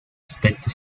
aspecto